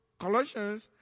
Colossians